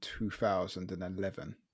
2011